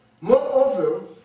Moreover